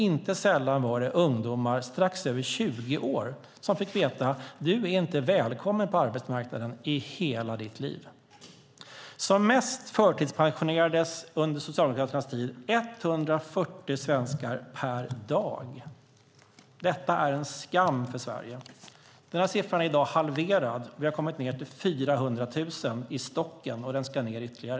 Inte sällan var det ungdomar strax över 20 år som fick veta: Du är inte välkommen på arbetsmarknaden - under hela ditt liv. Som mest förtidspensionerades under Socialdemokraternas tid 140 svenskar per dag. Detta är en skam för Sverige. Den siffran är i dag halverad, och vi har kommit ned till 400 000 i stocken. Den ska ned ytterligare.